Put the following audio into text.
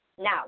Now